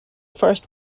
first